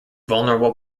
vulnerable